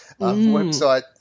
Website